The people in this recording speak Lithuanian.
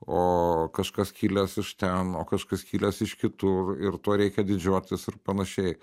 o kažkas kilęs iš ten o kažkas kilęs iš kitur ir tuo reikia didžiuotis ir panašiai